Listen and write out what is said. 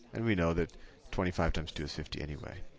and we know that twenty five times two is fifty anyway.